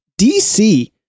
DC